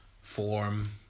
form